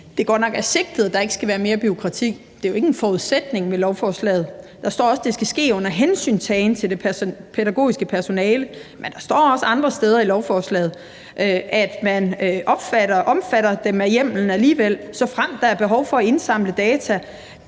det godt nok er sigtet, at der ikke skal være mere bureaukrati, men det er jo ikke en forudsætning i lovforslaget. Der står også, at det skal ske under hensyntagen til det pædagogiske personale, men der står også andre steder i lovforslaget, at man omfatter dem af hjelmen alligevel, »såfremt behovet for at indsamle data